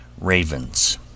RAVENS